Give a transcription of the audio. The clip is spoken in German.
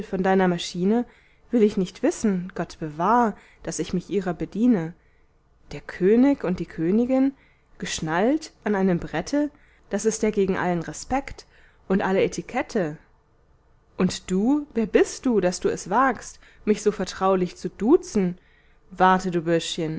von deiner maschine will ich nichts wissen gott bewahr daß ich mich ihrer bediene der könig und die königin geschnallt an einem brette das ist ja gegen allen respekt und alle etikette und du wer bist du daß du es wagst mich so vertraulich zu duzen warte du